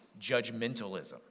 judgmentalism